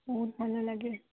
ବହୁତ ଭଲ ଲାଗେ